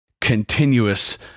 continuous